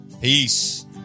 Peace